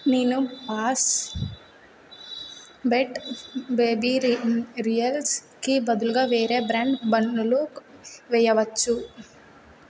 నేను పాస్ బైట్ బేబీ రి రియల్స్ కి బదులుగా వేరే బ్రాండ్ బన్నులు వేయ వచ్చు